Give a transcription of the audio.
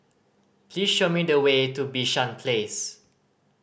please show me the way to Bishan Place